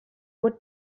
would